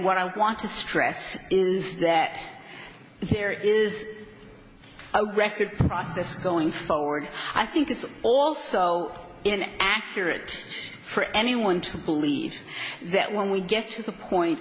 what i want to stress is that there is a record process going forward i think it's also in accurate for anyone to believe that when we get to the point